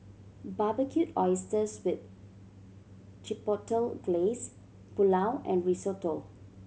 Barbecued Oysters with Chipotle Glaze Pulao and Risotto